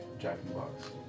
jack-in-the-box